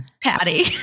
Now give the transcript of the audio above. Patty